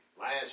last